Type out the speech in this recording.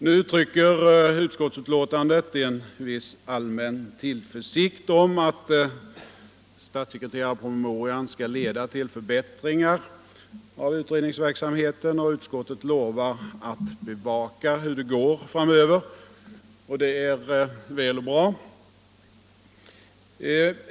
Nu uttrycker utskottsbetänkandet en viss allmän tillförsikt om att statssekreterarpromemorian skall leda till förbättringar av utredningsverksamheten, och utskottet lovar att bevaka hur det går framöver, och det är bra.